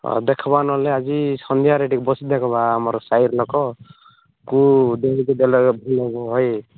ହଁ ଦେଖିବା ନହେଲେ ଆଜି ସନ୍ଧ୍ୟାରେ ଟିକେ ବସି ଦେଖିବା ଆମର ସାଇର ଲୋକକୁ ଯେମିତି ଦେଲେ ଭଲ ହେବ ଭାଇ